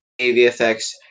AVFX